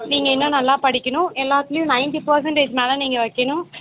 நீங்கள் இன்னும் நல்லா படிக்கணும் எல்லாத்துலையும் நைன்ட்டி பெர்சண்டேஜ் மேலே நீங்கள் வைக்கணும்